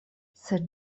sed